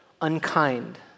unkind